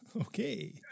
Okay